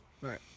Right